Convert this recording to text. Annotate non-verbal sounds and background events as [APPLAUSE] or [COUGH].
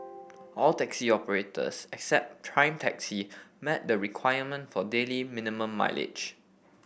[NOISE] all taxi operators except Prime Taxi met the requirement for daily minimum mileage